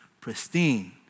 pristine